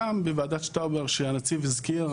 גם בוועדת שטאובר שהנציג הזכיר,